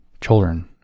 children